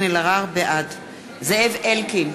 בעד זאב אלקין,